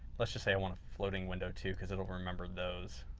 let's just say i want a floating window too, because it'll remember those,